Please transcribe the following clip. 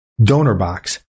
DonorBox